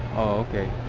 oh ok.